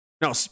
No